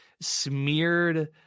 smeared